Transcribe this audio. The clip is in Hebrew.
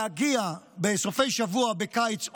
להגיע בסופי שבוע בקיץ,